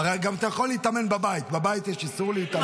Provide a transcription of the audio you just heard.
הרי אתה יכול להתאמן בבית, בבית יש איסור להתאמן?